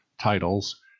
titles